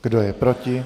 Kdo je proti?